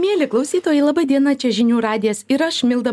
mieli klausytojai laba diena čia žinių radijas ir aš milda